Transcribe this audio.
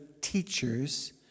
teachers